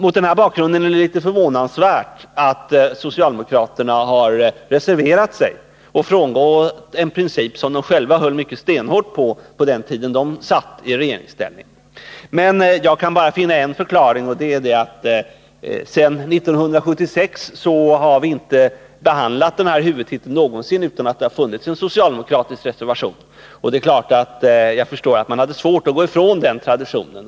Mot den bakgrunden är det litet förvånande att socialdemokraterna har reserverat sig och frångått en princip som de själva stenhårt höll på när de var i regeringsställning. Jag kan bara finna en förklaring, nämligen att vi sedan 1976 inte en enda gång har behandlat den här huvudtiteln utan att det funnits en socialdemokratisk reservation. Jag förstår att man hade svårt att gå ifrån den traditionen.